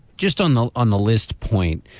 just on the on the list point,